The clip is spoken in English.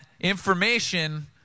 information